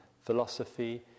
philosophy